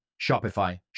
Shopify